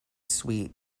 sweet